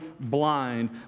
blind